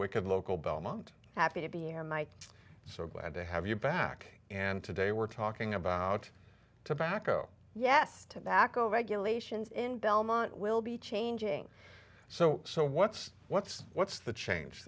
local belmont happy to be here mike so glad to have you back and today we're talking about tobacco yes tobacco regulations in belmont will be changing so so what's what's what's the change